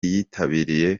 yitabiriye